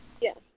Yes